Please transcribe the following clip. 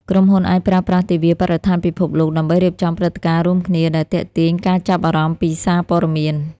ក្រុមហ៊ុនអាចប្រើប្រាស់ទិវាបរិស្ថានពិភពលោក ដើម្បីរៀបចំព្រឹត្តិការណ៍រួមគ្នាដែលទាក់ទាញការចាប់អារម្មណ៍ពីសារព័ត៌មាន។